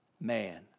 man